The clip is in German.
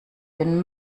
den